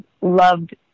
loved